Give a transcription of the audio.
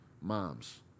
Moms